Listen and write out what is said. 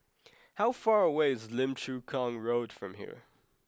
how far away is Lim Chu Kang Road from here